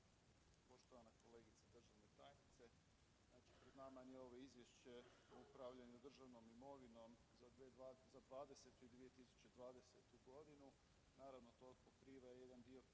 Poštovana kolegice državna tajnice. Znači pred nama je ovo izvješće o upravljanju državnom imovinom za '20.-tu i 2020.g. naravno to pokriva jedan dio